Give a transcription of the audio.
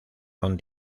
con